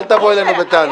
אל תבוא אלינו בטענות.